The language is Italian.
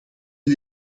gli